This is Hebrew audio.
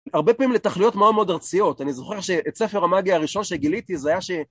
הרבה פעמים לתכלויות מאוד מאוד ארציות, אני זוכר שאת ספר המאגיה הראשון שגיליתי זה היה ש...